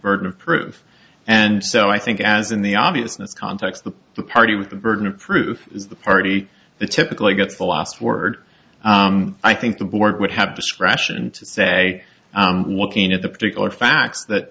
burden of proof and so i think as in the obviousness context the party with the burden of proof is the party the typically gets the last word i think the board would have discretion to say looking at the particular facts that